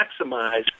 maximize